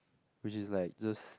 which is like just